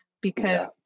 because-